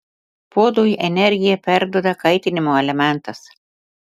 puodui energiją perduoda kaitinimo elementas